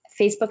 Facebook